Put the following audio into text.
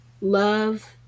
love